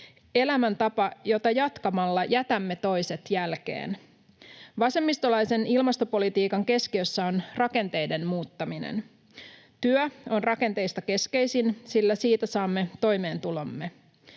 elämäntapa, jota jatkamalla jätämme toiset jälkeen. Vasemmistolaisen ilmastopolitiikan keskiössä on rakenteiden muuttaminen. Työ on rakenteista keskeisin, sillä siitä saamme toimeentulomme.